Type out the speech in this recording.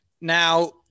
Now